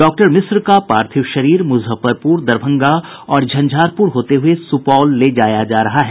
doctor Mishra का पार्थिव शरीर मुजफ्फरपुर दरभंगा और झंझारपुर होते हुये सुपौल ले जाया जा रहा है